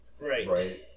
Right